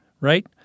Right